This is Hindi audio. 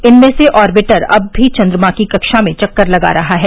इनमें से आर्विटर अब भी चन्द्रमा की कक्षा में चक्कर लगा रहा है